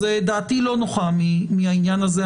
דעתי לא נוחה מהעניין הזה.